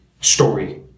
story